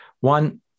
One